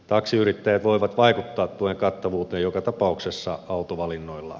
taksiyrittäjät voivat vaikuttaa tuen kattavuuteen joka tapauksessa autovalinnoillaan